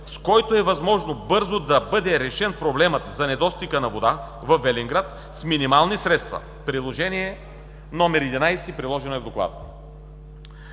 с който е възможно бързо да бъде решен проблемът за недостига на вода във Велинград с минимални средства. (Приложение № 11) – в доклада.